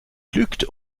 lügt